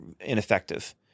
ineffective